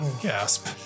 Gasp